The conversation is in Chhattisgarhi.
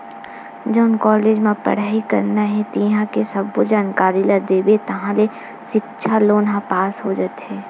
जउन कॉलेज म पड़हई करना हे तिंहा के सब्बो जानकारी ल देबे ताहाँले सिक्छा लोन ह पास हो जाथे